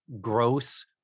gross